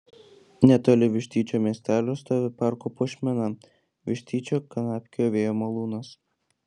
netoli vištyčio miestelio stovi parko puošmena vištyčio kanapkio vėjo malūnas